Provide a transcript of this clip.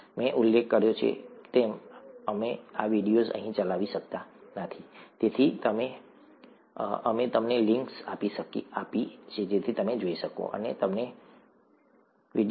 મેં ઉલ્લેખ કર્યો છે તેમ અમે આ વિડિયો અહીં ચલાવી શકતા નથી તેથી અમે તમને લિંક્સ આપી છે જેથી તમે જઈ શકો અને તેમને જોઈ શકો